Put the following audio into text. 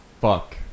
Fuck